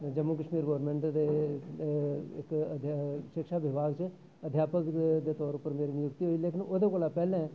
Jammu Kashmir government दे ते एक्क शिक्षा विभाग च अध्यापक दे तौर उप्पर मेरी नियुक्ति होई लेकिन ओह्दे कोला पैह्लें